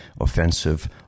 offensive